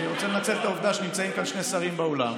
אני רוצה לנצל את העובדה שנמצאים כאן שני שרים באולם,